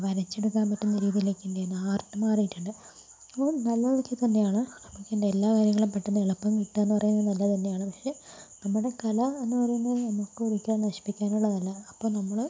വരച്ചെടുക്കാൻ പറ്റുന്ന രീതിലൊക്കെ അല്ലേ ഇന്ന് ആർട്ട് മാറിയിട്ടുണ്ട് അപ്പോ നല്ല വർക്കിൽ തന്നെയാണ് നമുക്കിതിൻ്റെ എല്ലാ കാര്യങ്ങളും പെട്ടന്ന് എളുപ്പം കിട്ടുകാന്ന് പറയുന്നത് നല്ല കാര്യം തന്നെയാണ് പക്ഷെ നമ്മുടെ കല എന്ന് പറയുന്നത് നമുക്കൊരിക്കലും നശിപ്പിക്കാനുള്ളതല്ല അപ്പ നമ്മള്